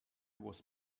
was